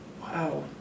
Wow